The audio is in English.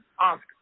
ask